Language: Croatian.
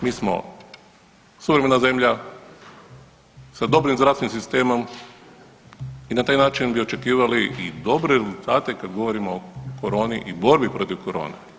Mi smo suvremena zemlja sa dobrim zdravstvenim sistemom i na taj način bi očekivali i dobre rezultate kad govorimo o koroni i borbi protiv korone.